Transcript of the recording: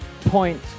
point